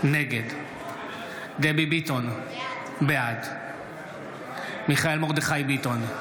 נגד דבי ביטון, בעד מיכאל מרדכי ביטון,